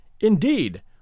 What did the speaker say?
Indeed